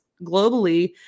globally